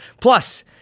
Plus